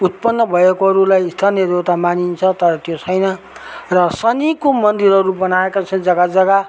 उत्पन्न भएकाहरूलाई स्थानीय देवता मानिन्छ तर त्यो छैन र शनिको मन्दिरहरू बनाएका छन् जग्गा जग्गा